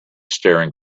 staring